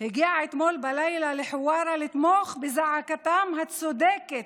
הגיעה אתמול בלילה לחווארה לתמוך בזעקתם ה"צודקת"